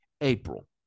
April